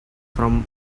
from